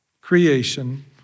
creation